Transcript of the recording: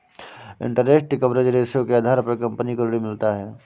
interest coverage ratio के आधार पर कंपनी को ऋण मिलता है